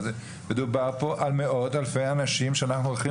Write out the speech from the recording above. מדובר פה על מאות אלפי אנשים שאנחנו הולכים